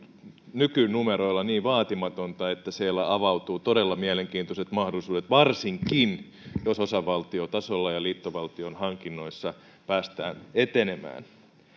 nykynumeroilla niin vaatimatonta että siellä avautuu todella mielenkiintoiset mahdollisuudet varsinkin jos osavaltiotasolla ja liittovaltion hankinnoissa päästään etenemään siihen